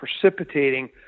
precipitating